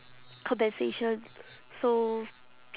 compensation so